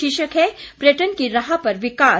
शीर्षक है पर्यटन की राह पर विकास